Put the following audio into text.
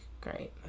great